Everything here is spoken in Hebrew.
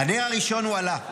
"הנר הראשון הועלה,